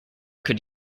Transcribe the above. could